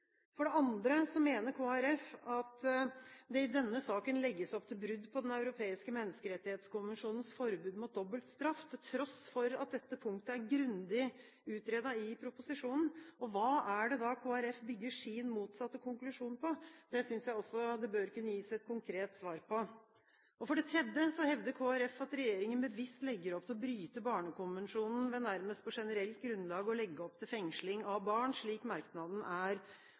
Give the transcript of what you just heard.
For det andre mener Kristelig Folkeparti at det i denne saken legges opp til brudd på Den europeiske menneskerettighetskonvensjonens forbud mot dobbelt straff, til tross for at dette punktet er grundig utredet i proposisjonen. Hva er det da Kristelig Folkeparti bygger sin motsatte konklusjon på? Det synes jeg også det bør kunne gis et konkret svar på. For det tredje hevder Kristelig Folkeparti at regjeringen bevisst legger opp til å bryte Barnekonvensjonen ved nærmest på generelt grunnlag å legge opp til fengsling av barn, slik merknaden er